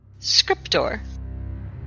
Scriptor